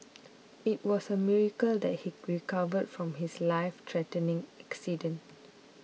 it was a miracle that he recovered from his life threatening accident